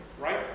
right